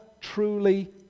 truly